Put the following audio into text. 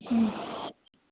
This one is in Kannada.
ಹ್ಞೂ